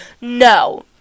No